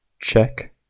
check